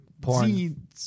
porn